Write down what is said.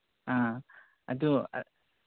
ꯑꯥ ꯑꯗꯨ